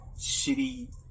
shitty